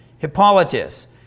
Hippolytus